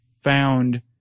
found